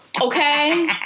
Okay